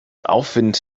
aufwind